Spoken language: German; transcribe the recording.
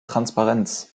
transparenz